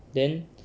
then